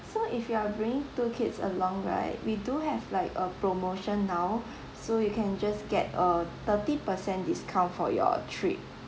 so if you are bringing two kids along right we do have like a promotion now so you can just get a thirty percent discount for your trip